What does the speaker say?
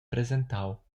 presentau